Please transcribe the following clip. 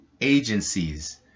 agencies